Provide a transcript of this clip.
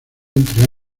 entre